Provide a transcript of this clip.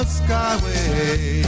skyway